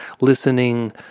listening